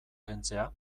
kentzea